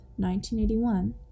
1981